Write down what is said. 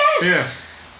Yes